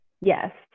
Yes